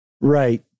Right